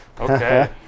Okay